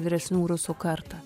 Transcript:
vyresnių rusų karta